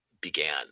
began